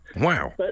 Wow